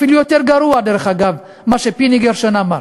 אפילו יותר גרוע, דרך אגב, מה שפיני גרשון אמר.